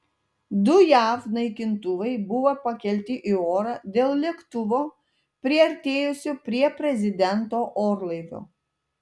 du jav naikintuvai buvo pakelti į orą dėl lėktuvo priartėjusio prie prezidento orlaivio